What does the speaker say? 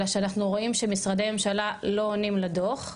אלא שאנחנו רואים שמשרדי ממשלה לא עונים לדוח,